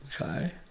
Okay